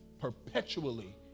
perpetually